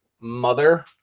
mother